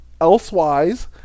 Elsewise